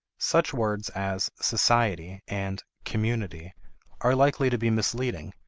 such words as society and community are likely to be misleading,